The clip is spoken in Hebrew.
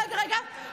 רגע, רגע.